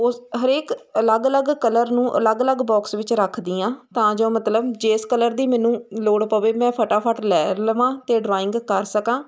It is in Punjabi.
ਉਸ ਹਰੇਕ ਅਲੱਗ ਅਲੱਗ ਕਲਰ ਨੂੰ ਅਲੱਗ ਅਲੱਗ ਬਾਕਸ ਵਿੱਚ ਰੱਖਦੀ ਹਾਂ ਤਾਂ ਜੋ ਮਤਲਬ ਜਿਸ ਕਲਰ ਦੀ ਮੈਨੂੰ ਲੋੜ ਪਵੇ ਮੈਂ ਫਟਾਫਟ ਲੈ ਲਵਾਂ ਅਤੇ ਡਰਾਇੰਗ ਕਰ ਸਕਾਂ